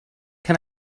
can